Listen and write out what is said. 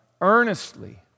earnestly